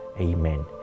Amen